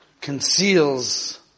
conceals